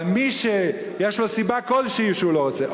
אבל מי שיש לו סיבה כלשהי שהוא לא רוצה,